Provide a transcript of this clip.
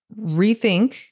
rethink